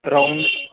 brown